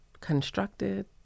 constructed